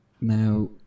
Now